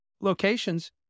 locations